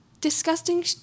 disgusting